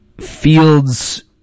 Fields